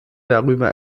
darüber